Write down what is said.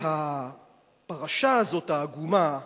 והפרשה העגומה הזאת,